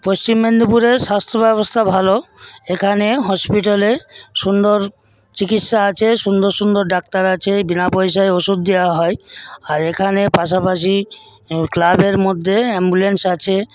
পশ্চিম মেদনীপুরের স্বাস্থ্যব্যবস্থা ভালো এখানে হসপিটালে সুন্দর চিকিৎসা আছে সুন্দর সুন্দর ডাক্তার আছে বিনাপয়সায় ওষুধ দেওয়া হয় আর এখানে পাশাপাশি ক্লাবের মধ্যে অ্যাম্বুলেন্স